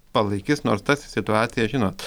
palaikys nors tas situacija žinot